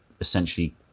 essentially